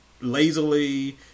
lazily